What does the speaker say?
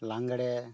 ᱞᱟᱜᱽᱲᱮ